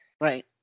right